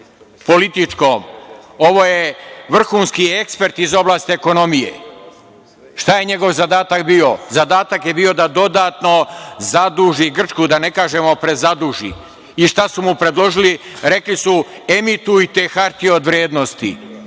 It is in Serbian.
ovo je vrhunski ekspert iz oblasti ekonomije. Šta je njegov zadatak bio? Zadatak je bio da dodatno zaduži Grčku, da ne kažemo prezaduži. I šta su mu predložili? Rekli su – emitujte hartije od vrednosti,